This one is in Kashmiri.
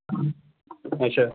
اچھا